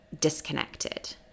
disconnected